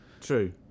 True